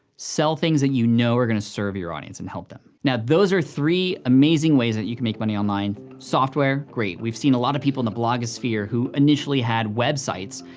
sell things that you know are gonna serve your audience and help them. now those are three amazing ways that you can make money online, software, great, we've seen a lot of people in the blogosphere who initially had websites,